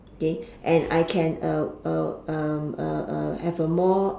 okay and I can uh uh um uh uh have a more